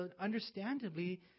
understandably